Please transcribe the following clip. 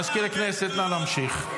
מזכיר הכנסת, נא להמשיך.